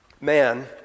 Man